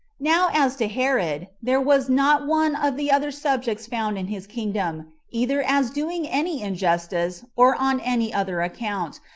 now, as to herod, there was not one of the other's subjects found in his kingdom, either as doing any injustice, or on any other account,